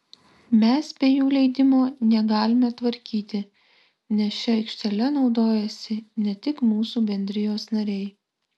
mes be jų leidimo negalime tvarkyti nes šia aikštele naudojasi ne tik mūsų bendrijos nariai